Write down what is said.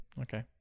Okay